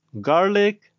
garlic